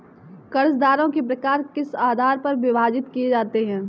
कर्जदारों के प्रकार किस आधार पर विभाजित किए जाते हैं?